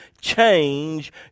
change